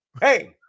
Hey